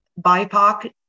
BIPOC